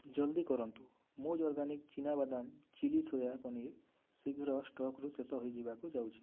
ଜଲ୍ଦି କରନ୍ତୁ ମୂଜ ଅର୍ଗାନିକ୍ ଚିନା ବାଦାମ ଚିଲ୍ଲି ସୋୟା ପନିର୍ ଶୀଘ୍ର ଷ୍ଟକ୍ରୁ ଶେଷ ହୋଇଯିବାକୁ ଯାଉଛି